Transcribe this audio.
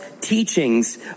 teachings